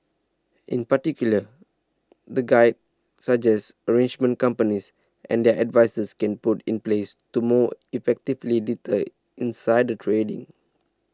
in particular the guide suggests arrangements companies and their advisers can put in place to more effectively deter insider trading